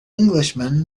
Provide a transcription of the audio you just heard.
englishman